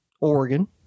Oregon